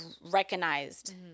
recognized